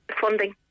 Funding